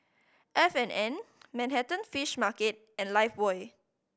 F and N Manhattan Fish Market and Lifebuoy